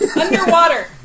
Underwater